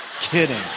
Kidding